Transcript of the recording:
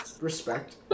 respect